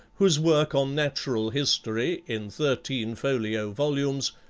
whose work on natural history, in thirteen folio volumes,